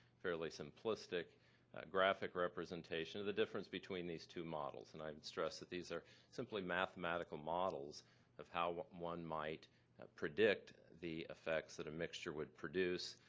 fairly simplistic graphic representation of the difference between these two models. and i stress that these are simply mathematical models of how one might predict the effects that a mixture would produce.